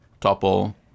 topple